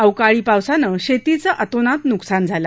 अवकाळी पावसाने शेतीचं अतोनात नुकसान झालं